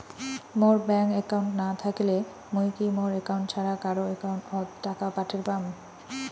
মোর bank account না থাকিলে মুই কি মোর একাউন্ট ছাড়া কারো একাউন্ট অত টাকা পাঠের পাম?